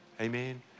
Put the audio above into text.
Amen